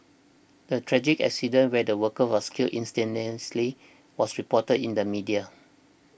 the tragic accident where the worker was killed instantaneously was reported in the media